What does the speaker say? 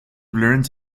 learns